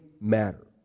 matter